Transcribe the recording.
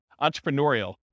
entrepreneurial